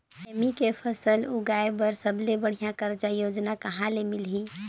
सेमी के फसल उगाई बार सबले बढ़िया कर्जा योजना कहा ले मिलही?